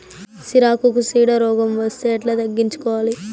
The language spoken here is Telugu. సిరాకుకు చీడ రోగం వస్తే ఎట్లా తగ్గించుకోవాలి?